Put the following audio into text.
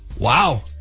Wow